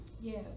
Yes